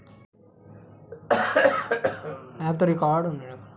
जमैन सँ आयुर्वेदिक दबाई बनाएल जाइ छै